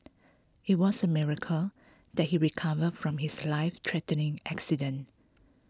it was a miracle that he recovered from his life threatening accident